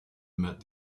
met